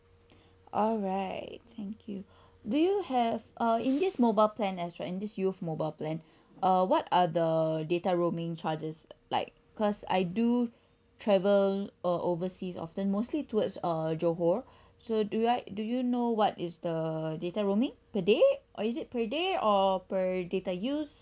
alright thank you do you have uh in this mobile plan right this youth mobile plan uh what are the the data roaming charges like cause I do travel um overseas often mostly towards err johor so do I do you know what is the data roaming per day or is it per day or per data used